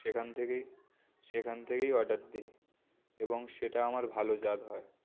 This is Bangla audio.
সেখান থেকেই সেখান থেকেই অর্ডার দিই এবং সেটা আমার ভালো জাাত হয়